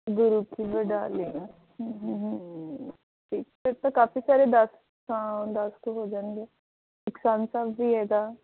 ਗੁਰੂ ਕੀ ਬਡਾਲੀ ਫਿਰ ਤਾਂ ਕਾਫ਼ੀ ਸਾਰੇ ਦਸ ਹਾਂ ਦਸ ਕੁ ਹੋ ਜਾਣਗੇ ਸਾਹਿਬ ਵੀ ਹੈਗਾ